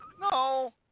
No